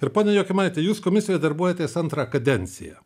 ir ponia jokimaite jūs komisijoje darbuojatės antrą kadenciją